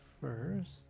first